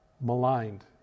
Maligned